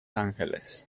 ángeles